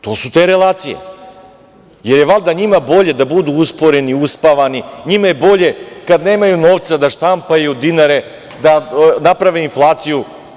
To su te relacije, jer je valjda njima bolje da budu usporeni, uspavani, njima je bolje kada nemaju novca da štampaju dinare, da naprave inflaciju.